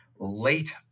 late